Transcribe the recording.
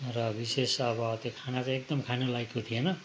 र विशेष अब त्यो खाना चाहिँ एकदम खानलायकको थिएन